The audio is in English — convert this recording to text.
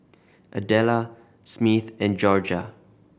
Adela Smith and Jorja